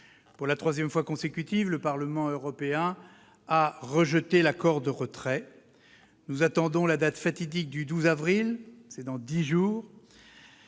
Pour la troisième fois consécutive, le Parlement britannique a rejeté l'accord de retrait. Nous attendons la date fatidique du 12 avril- dans dix jours